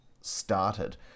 started